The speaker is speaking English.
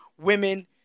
women